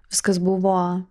viskas buvo